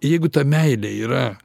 jeigu ta meilė yra